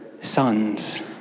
sons